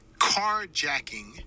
carjacking